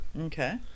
Okay